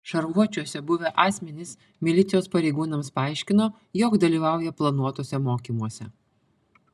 šarvuočiuose buvę asmenys milicijos pareigūnams paaiškino jog dalyvauja planuotuose mokymuose